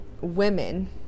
women